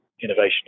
innovation